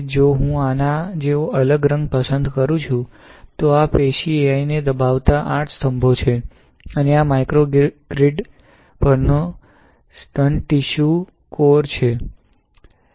જો હું આના જેવો અલગ રંગ પસંદ કરું છું તો આ પેશી al ને દબાવતા 8 સ્તંભો છે અને આ માઇક્રો ગ્રિડ પરનો સ્તન ટીશ્યુ કોર છે